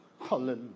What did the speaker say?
hallelujah